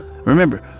Remember